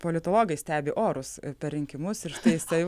politologai stebi orus per rinkimus ir štai štai